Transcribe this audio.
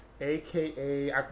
AKA